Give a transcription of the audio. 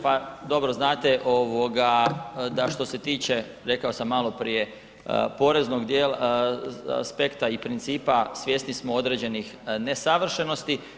Pa dobro znate da što se tiče, rekao sam maloprije poreznog djela, aspekta i principa svjesni smo određenih nesavršenosti.